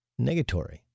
Negatory